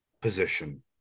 position